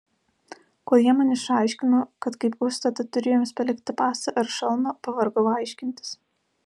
kol jie man išaiškino kad kaip užstatą turiu jiems palikti pasą ar šalmą pavargau aiškintis